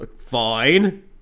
fine